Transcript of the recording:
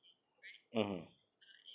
mmhmm